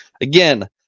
again